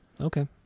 okay